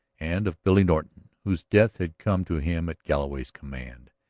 and of billy norton, whose death had come to him at galloway's command.